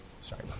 Sorry